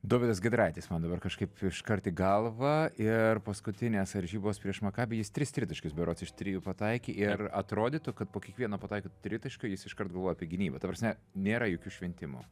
dovydas giedraitis man dabar kažkaip iškart į galvą ir paskutinės varžybos prieš maccabi jis tris tritaškius berods iš trijų pataikė ir atrodytų kad po kiekvieno pataikyto tritaškio jis iškart galvoja apie gynybą ta prasme nėra jokių šventimo